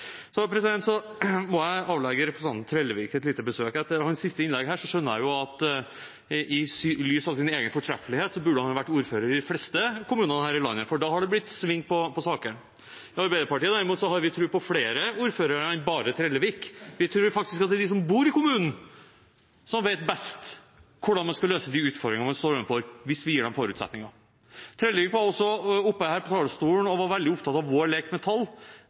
Så må jeg avlegge representanten Trellevik et lite besøk. Etter hans siste innlegg skjønner jeg at han i lys av sin egen fortreffelighet burde vært ordfører i de fleste kommunene her i landet, for da hadde det blitt sving på sakene. I Arbeiderpartiet, derimot, har vi tro på flere ordførere enn bare Trellevik. Vi tror faktisk at det er de som bor i kommunen, som vet best hvordan man kan løse de utfordringene man står overfor, hvis vi gir dem forutsetninger. Representanten Trellevik var på talerstolen også veldig opptatt av vår lek med tall